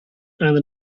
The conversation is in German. eine